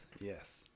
yes